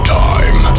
time